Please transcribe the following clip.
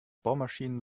bohrmaschinen